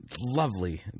lovely